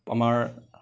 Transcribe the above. আমাৰ